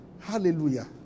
Hallelujah